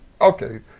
Okay